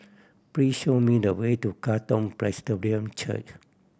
please show me the way to Katong Presbyterian Church